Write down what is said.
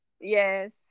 Yes